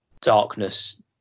darkness